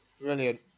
Brilliant